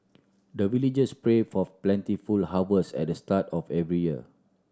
the villagers pray for plentiful harvest at the start of every year